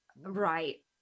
Right